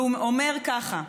והוא אומר ככה: